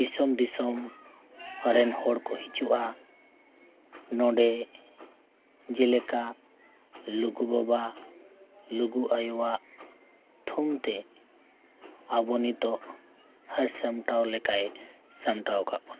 ᱫᱤᱥᱚᱢ ᱰᱤᱥᱚᱢ ᱨᱮᱱ ᱦᱚᱲ ᱠᱚ ᱦᱤᱡᱩᱜᱼᱟ ᱱᱚᱰᱮ ᱡᱮᱞᱮᱠᱟ ᱞᱩᱜᱩ ᱵᱟᱵᱟ ᱞᱩᱜᱩ ᱟᱭᱳᱣᱟᱜ ᱛᱷᱩᱢ ᱛᱮ ᱟᱵᱚ ᱱᱤᱛᱳᱜ ᱦᱟᱹᱨ ᱥᱟᱢᱴᱟᱣ ᱞᱮᱠᱟᱭ ᱥᱟᱢᱴᱟᱣ ᱠᱟᱫ ᱵᱚᱱᱟ